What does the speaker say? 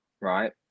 right